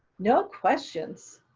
no questions.